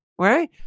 right